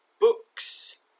Books